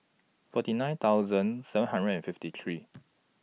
forty nine thousand seven hundred and fifty three